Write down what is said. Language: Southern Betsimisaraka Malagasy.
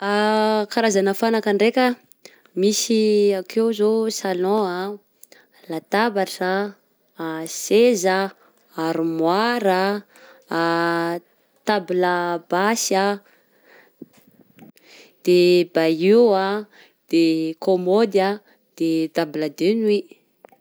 Karazana fanaka ndraiky a: misy akeo zao salon, latabatra, seza, armoara table basy, de bahut a, de kômody, de table de nuit.